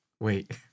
Wait